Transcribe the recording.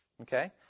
Okay